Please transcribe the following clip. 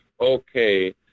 okay